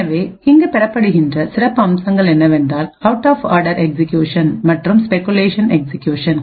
எனவே இங்கு பெறப்படுகின்ற சிறப்பம்சங்கள் என்னவென்றால்அவுட் ஆஃப் ஆர்டர் எக்ஸ்சிகியூஷன் மற்றும் ஸ்பெகுலேஷன் எக்ஸ்சிகியூஷன்